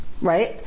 right